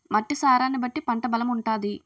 మట్టి సారాన్ని బట్టి పంట బలం ఉంటాది